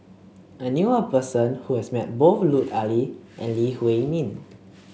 I knew a person who has met both Lut Ali and Lee Huei Min